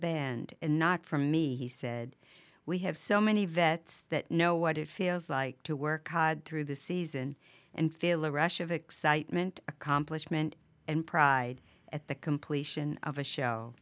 band and not from me he said we have so many vets that know what it feels like to work through the season and feel a rush of excitement accomplishment and pride at the completion of a show